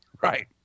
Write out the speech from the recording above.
Right